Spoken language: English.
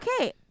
okay